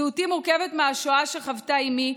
זהותי מורכבת מהשואה שחוותה אימי,